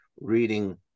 reading